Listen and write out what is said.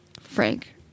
Frank